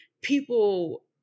people